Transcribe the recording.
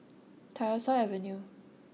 Tyersall Avenue